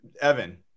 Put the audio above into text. Evan